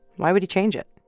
why would he change it?